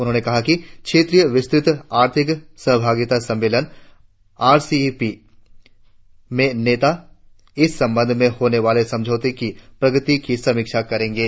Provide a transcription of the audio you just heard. उन्होने कहा कि क्षेत्रीय विस्तृत आर्थिक सहभागिता सम्मेलन आर सी ई पी में नेता इस संबंध में होने वाले समझौतों की प्रगति की समीक्षा करेंगे